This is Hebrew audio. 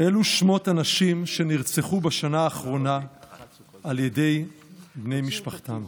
אלו שמות הנשים שנרצחו בשנה האחרונה בידי בני משפחתן.